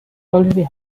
already